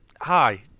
hi